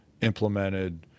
implemented